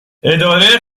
اداره